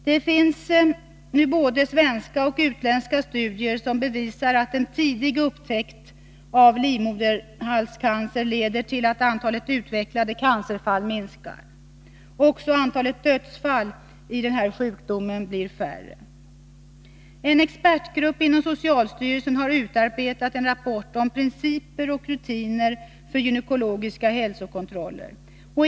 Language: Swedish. Det finns nu både svenska och utländska studier som bevisar att en tidig upptäckt av livmoderhalscancer leder till att antalet utvecklade cancerfall minskar. Också antalet dödsfall i sjukdomen blir färre. En expertgrupp inom socialstyrelsen har utarbetat en rapport om principer och rutiner för gynekologiska hälsokontroller.